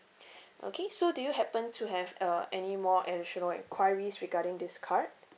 okay so do you happen to have uh any more additional enquiries regarding this card